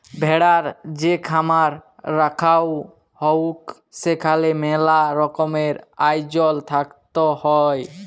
ভেড়ার যে খামার রাখাঙ হউক সেখালে মেলা রকমের আয়জল থাকত হ্যয়